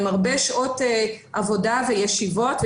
עם הרבה שעות עבודה וישיבות,